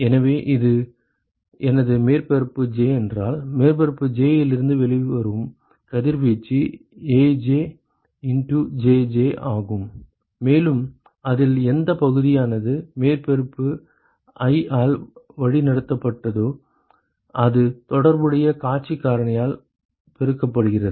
எனவே இது எனது மேற்பரப்பு j என்றால் மேற்பரப்பு j இலிருந்து வெளிவரும் கதிர்வீச்சு AjJj ஆகும் மேலும் அதில் எந்தப் பகுதியானது மேற்பரப்பு i ஆல் வழி நடத்தப்பட்டதோ அது தொடர்புடைய காட்சி காரணியால் பெருக்கப்படுகிறது